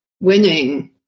winning